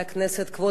כבוד השר,